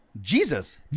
Jesus